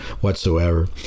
whatsoever